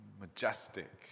majestic